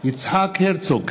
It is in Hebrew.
יצחק הרצוג,